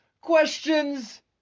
Questions